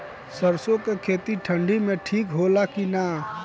सरसो के खेती ठंडी में ठिक होला कि ना?